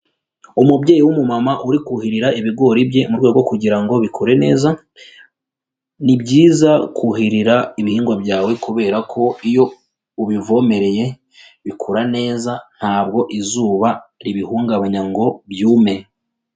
Umubyeyi w'umumama uri kuhirira ibigori bye mu rwego kugira ngo bikure neza, ni byiza kuhirira ibihingwa byawe kubera ko iyo ubivomereye bikura neza ntabwo izuba ribihungabanya ngo byume.